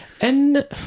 And-